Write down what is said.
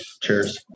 Cheers